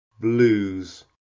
Blues